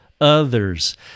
others